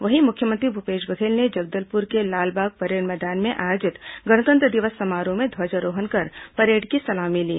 वहीं मुख्यमंत्री भूपेश बघेल ने जगदलपुर के लालबाग परेड मैदान में आयोजित गणतंत्र दिवस समारोह में ध्वजारोहण कर परेड की सलामी ली